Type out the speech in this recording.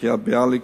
מקריית-ביאליק,